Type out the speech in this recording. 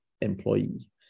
employee